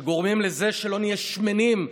שגורמים לזה שלא נהיה שמנים,